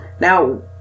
Now